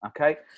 Okay